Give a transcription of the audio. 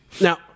Now